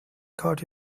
caught